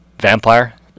vampire